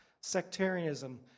sectarianism